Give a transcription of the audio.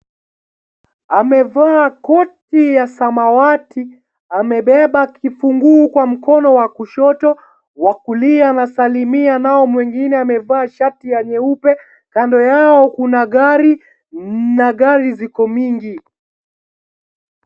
Amevaa koti ya samawati. Amabeba kifunguu kwa mkono wa kushoto. Wa kulia anasalimia nao mwingine amevaa shati nyeupe. Kando yao kuna gari, na gari ziko mingi.